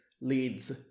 leads